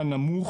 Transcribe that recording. היה נמוך